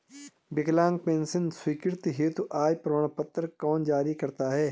विकलांग पेंशन स्वीकृति हेतु आय प्रमाण पत्र कौन जारी करता है?